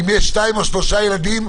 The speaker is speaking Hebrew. לא יודע אם זו אחריות שלך או לא,